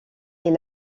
est